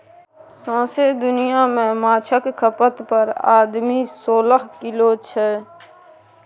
सौंसे दुनियाँ मे माछक खपत पर आदमी सोलह किलो छै